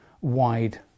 wide